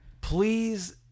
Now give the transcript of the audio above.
please